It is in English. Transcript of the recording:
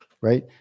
right